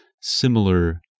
similar